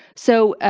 so,